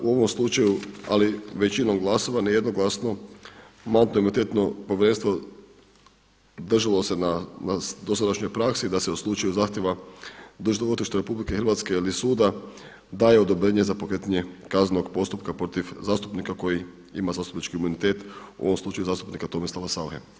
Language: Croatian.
U ovom slučaju ali većinom glasova, ne jednoglasno Mandatno-imunitetno povjerenstvo držalo se na dosadašnjoj praksi da se u slučaju zahtjeva DORH-a ili suda daje odobrenje za pokretanje kaznenog postupka protiv zastupnika koji ima zastupnički imunitet u ovom slučaju zastupnika Tomislava SAuche.